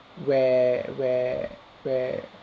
where where where